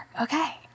okay